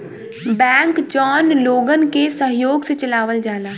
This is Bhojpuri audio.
बैंक जौन लोगन क सहयोग से चलावल जाला